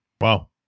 Wow